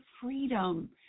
freedom